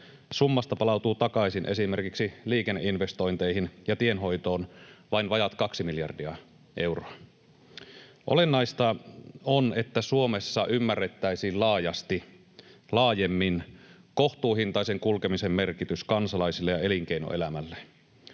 summasta palautuu takaisin esimerkiksi liikenneinvestointeihin ja tienhoitoon vain vajaat kaksi miljardia euroa. Olennaista on, että Suomessa ymmärrettäisiin laajemmin kohtuuhintaisen kulkemisen merkitys kansalaisille ja elinkeinoelämälle.